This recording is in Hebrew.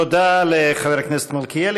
תודה לחבר הכנסת מלכיאלי.